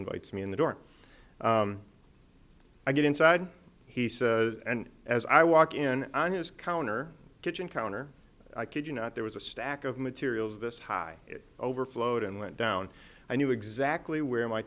invites me in the door i get inside he says and as i walk in on his counter kitchen counter i kid you not there was a stack of materials this high it overflowed and went down i knew exactly where my